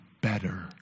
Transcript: better